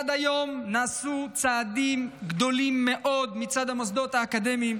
עד היום נעשו צעדים גדולים מאוד מצד המוסדות האקדמיים